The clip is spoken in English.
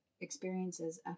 experiences